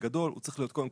בגדול הוא צריך להיות 100%,